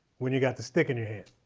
when you got the stick in your hand.